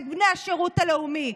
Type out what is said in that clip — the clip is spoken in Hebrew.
את בני השירות הלאומי.